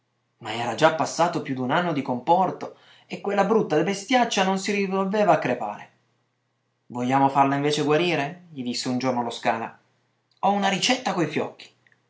ma era già passato più d'un anno di comporto e quella brutta bestiaccia non si risolveva a crepare vogliamo farla invece guarire gli disse un giorno lo scala ho una ricetta coi fiocchi